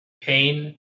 Pain